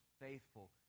faithful